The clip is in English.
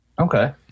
Okay